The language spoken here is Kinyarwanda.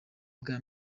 bwa